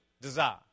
desire